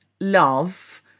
love